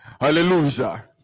Hallelujah